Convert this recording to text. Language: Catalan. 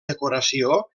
decoració